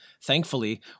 thankfully